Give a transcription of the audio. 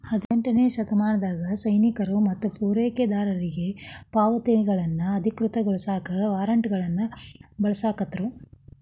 ಹದಿನೆಂಟನೇ ಶತಮಾನದಾಗ ಸೈನಿಕರು ಮತ್ತ ಪೂರೈಕೆದಾರರಿಗಿ ಪಾವತಿಗಳನ್ನ ಅಧಿಕೃತಗೊಳಸಾಕ ವಾರ್ರೆಂಟ್ಗಳನ್ನ ಬಳಸಾಕತ್ರು